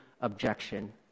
objection